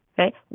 Okay